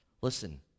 Listen